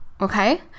okay